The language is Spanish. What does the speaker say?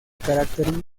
carácter